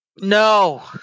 No